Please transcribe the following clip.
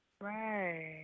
Right